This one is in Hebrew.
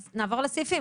נעבור על הסעיפים,